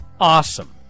awesome